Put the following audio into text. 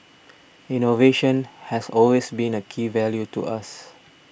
innovation has always been a key value to us